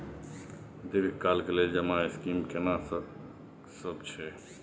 दीर्घ काल के लेल जमा स्कीम केना सब छै?